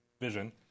vision